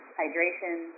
hydration